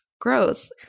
gross